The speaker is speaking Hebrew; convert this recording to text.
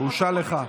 בושה לך.